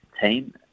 team